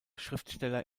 schriftsteller